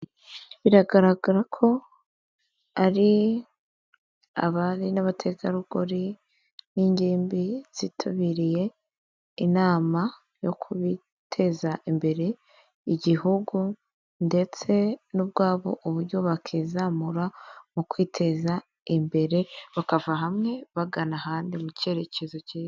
Biragaragara ko ari abari n'abategarugori n'ingimbi zitabiriye inama yo kubiteza imbere igihugu ndetse n'ubwabo uburyo bakizamura mu kwiteza imbere, bakava hamwe bagana ahandi mu cyerekezo cyiza.